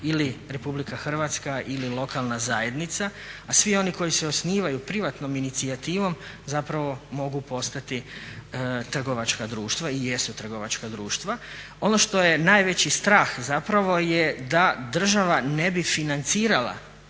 ili Republika Hrvatska ili lokalna zajednica, a svi oni koji se osnivaju privatnom inicijativom zapravo mogu postati trgovačka društva i jesu trgovačka društva. Ono što je najveći strah zapravo je da država ne bi financirala